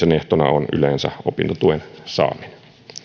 on yleensä opintotuen saaminen